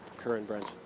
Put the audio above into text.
kerr and brent.